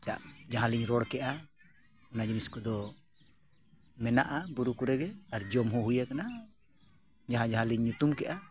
ᱪᱟᱜ ᱡᱟᱦᱟᱸᱞᱤᱧ ᱨᱚᱲ ᱠᱮᱜᱼᱟ ᱚᱱᱟ ᱡᱤᱱᱤᱥ ᱠᱚᱫᱚ ᱢᱮᱱᱟᱜᱼᱟ ᱵᱩᱨᱩ ᱠᱚᱨᱮ ᱜᱮ ᱟᱨ ᱡᱚᱢ ᱦᱚᱸ ᱦᱩᱭ ᱟᱠᱟᱱᱟ ᱡᱟᱦᱟᱸ ᱡᱟᱦᱟᱸᱞᱤᱧ ᱧᱩᱛᱩᱢ ᱠᱮᱜᱼᱟ